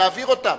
להעביר אותן.